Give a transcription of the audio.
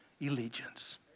Allegiance